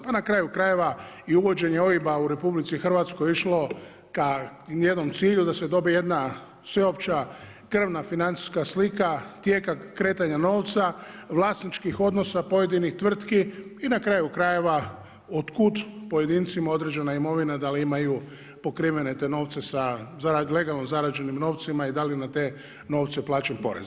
Pa na kraju krajeva i uvođenje OIB-a u RH išlo ka jednom cilju da se dobije jedna sveopća krvna financijska slika tijeka kretanja novca, vlasničkih odnosa pojedinih tvrtki i na kraju krajeva otkud pojedincima određena imovina da li imaju pokrivene te novce sa legalno zarađenim novcima i da li je na te novce plaćen porez.